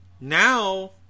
Now